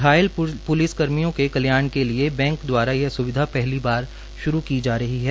घायल प्लिस कर्मियों के कल्याण के लिए बैंक द्वारा यह स्विधा पहली बार श्रू की जा रही है